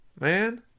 man